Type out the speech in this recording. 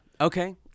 Okay